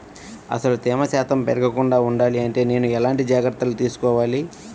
అసలు తేమ శాతం పెరగకుండా వుండాలి అంటే నేను ఎలాంటి జాగ్రత్తలు తీసుకోవాలి?